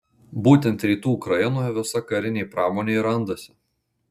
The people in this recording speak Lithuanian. būtent rytų ukrainoje visa karinė pramonė ir randasi